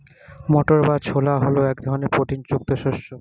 মটর বা ছোলা হল এক ধরনের প্রোটিন যুক্ত শস্য